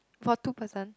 for two person